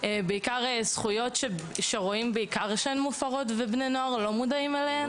בעיקר זכויות שרואים שהן מופרות ובני נוער לא מודעים אליהן.